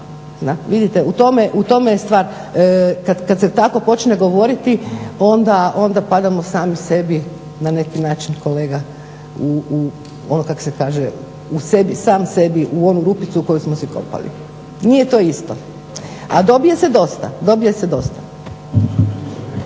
u tome je stvar. Kada se tako počne govoriti onda padamo sami sebi na neki način ono kak se kaže u sebi sam sebi u onu rupicu koju smo si kopali. Nije to isto a dobije se dosta.